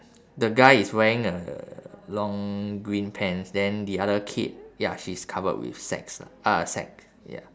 the guy is wearing a long green pants then the other kid ya she's covered with sacks lah uh sack ya